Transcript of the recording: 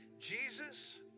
Jesus